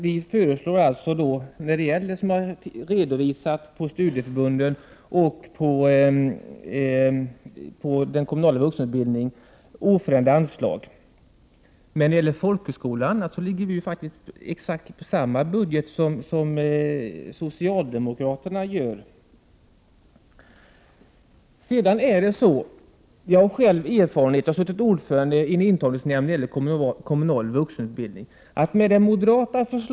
Vi föreslår, som jag har redovisat, oförändrade anslag till studieförbunden och den kommunala vuxenutbildningen. När det gäller folkhögskolorna ser vår budget ut på samma sätt som socialdemokraternas. Jag har suttit ordförande i en intagningsnämnd för kommunal vuxenutbildning och har därför viss erfarenhet.